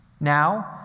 Now